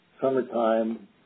summertime